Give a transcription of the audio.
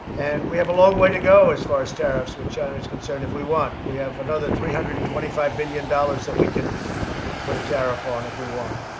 and we have a long way to go as far as tariffs, where china is concerned, if we want. we have another three hundred and twenty five billion dollars that we can put a tariff on if we want.